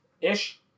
Ish